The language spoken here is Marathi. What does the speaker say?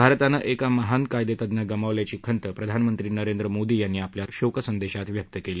भारतानं एक महान कायदेतज्ञ गमावल्याची खंत प्रधानमंत्री नरेंद्र मोदी यांनी आपल्या शोक संदेशात व्यक्त केली